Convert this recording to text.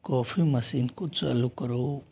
coffee machine को चालू करो